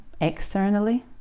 externally